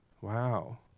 wow